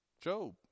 Job